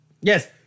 Yes